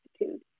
institute